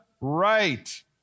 right